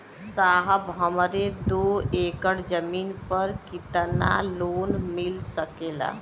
साहब हमरे दो एकड़ जमीन पर कितनालोन मिल सकेला?